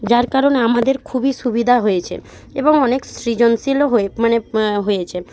যার কারণে আমাদের খুবই সুবিধা হয়েছে এবং অনেক সৃজনশীলও হয়ে মানে হয়েছে